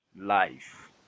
life